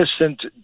innocent